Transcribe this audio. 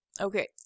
Okay